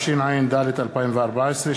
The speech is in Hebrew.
התשע"ד 2014,